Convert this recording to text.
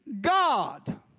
God